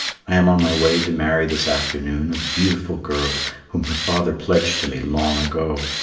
i am on my way to marry this afternoon a beautiful girl whom her father pledged to me long ago.